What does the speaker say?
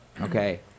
okay